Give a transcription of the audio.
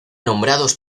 nombrados